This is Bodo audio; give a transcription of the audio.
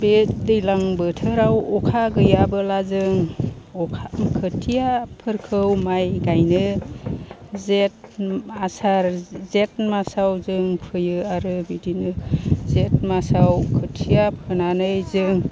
बे दैज्लां बोथोराव अखा गैयाब्ला जों खोथियाफोरखौ माइ गायनो जेत आसार जेत मासाव जों फोयो आरो बिदिनो जेत मासाव खोथिया फोनानै जों